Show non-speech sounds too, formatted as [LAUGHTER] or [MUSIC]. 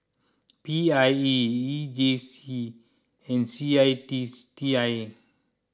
P I E E J C and C I T [UNINTELLIGIBLE] T I A